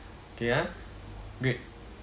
okay ah great